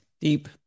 Deep